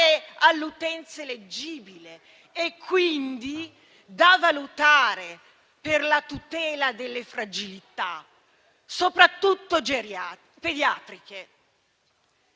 all'utenza eleggibile e quindi da valutare per la tutela delle fragilità, soprattutto pediatriche.